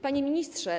Panie Ministrze!